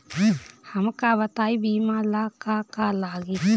हमका बताई बीमा ला का का लागी?